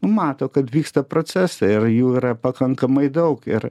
mato kad vyksta procesai ir jų yra pakankamai daug ir